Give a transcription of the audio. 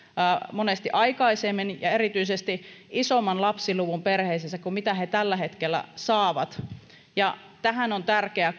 monesti aikaisemmin lapsia ja erityisesti isomman lapsiluvun perheisiinsä kuin mitä he tällä hetkellä saavat ja tähän on tärkeä